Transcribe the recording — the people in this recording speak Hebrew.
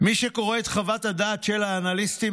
מי שקורא את חוות הדעת של האנליסטים,